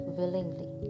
willingly